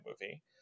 movie